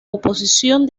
oposición